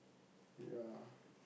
ya